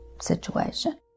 situation